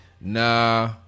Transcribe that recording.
nah